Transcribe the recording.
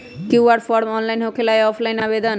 QR form online होकेला कि offline आवेदन?